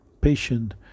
patient